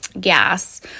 gas